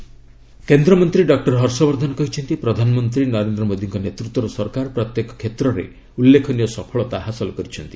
ହର୍ଷବର୍ଦ୍ଧନ କେନ୍ଦ୍ରମନ୍ତ୍ରୀ ଡକ୍ଟର ହର୍ଷବର୍ଦ୍ଧନ କହିଛନ୍ତି ପ୍ରଧାନମନ୍ତ୍ରୀ ନରେନ୍ଦ୍ର ମୋଦିଙ୍କ ନେତୃତ୍ୱର ସରକାର ପ୍ରତ୍ୟେକ କ୍ଷେତ୍ରରେ ଉଲ୍ଲେଖନୀୟ ସଫଳତା ହାସଲ କରିଛନ୍ତି